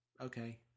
okay